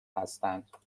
هستند